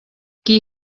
qui